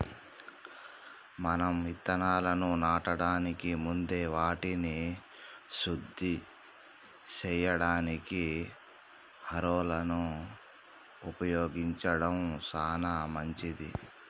మనం ఇత్తనాలను నాటడానికి ముందే వాటిని శుద్ది సేయడానికి హారొలను ఉపయోగించడం సాన మంచిది